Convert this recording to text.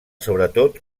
sobretot